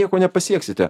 nieko nepasieksite